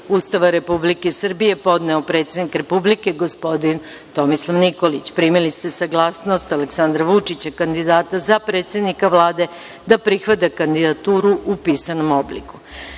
Ustava Republike Srbije, podneo predsednik Republike, gospodin Tomislav Nikolić. Primili ste saglasnost Aleksandra Vučića, kandidata za predsednika Vlade, da prihvata kandidaturu u pisanom obliku. Takođe,